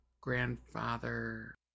grandfather